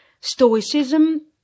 Stoicism